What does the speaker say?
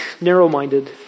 narrow-minded